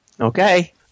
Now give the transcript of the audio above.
Okay